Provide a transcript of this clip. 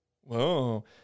Whoa